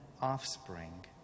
offspring